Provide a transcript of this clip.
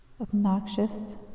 obnoxious